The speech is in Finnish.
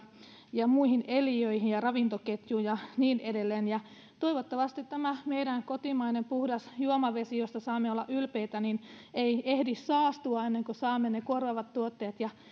ja muihin eliöihin ja ravintoketjuun ja niin edelleen toivottavasti tämä meidän kotimainen puhdas juomavesi josta saamme olla ylpeitä ei ehdi saastua ennen kuin saamme ne korvaavat tuotteet ja